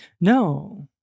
No